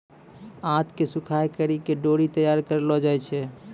आंत के सुखाय करि के डोरी तैयार करलो जाय छै